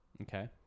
Okay